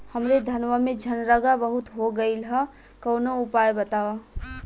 हमरे धनवा में झंरगा बहुत हो गईलह कवनो उपाय बतावा?